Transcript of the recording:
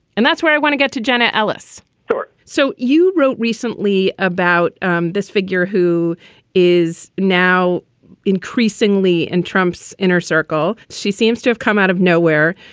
and that's where i want to get to jenna ellis story. so you wrote recently about um this figure who is now increasingly in trump's inner circle. she seems to have come out of nowhere,